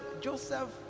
Joseph